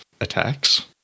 attacks